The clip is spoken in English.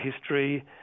history